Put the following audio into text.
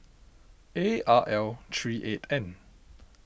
A R L three eight N